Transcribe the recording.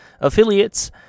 affiliates